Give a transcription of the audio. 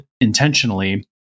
intentionally